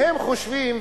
והם חושבים,